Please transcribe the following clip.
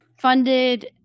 Funded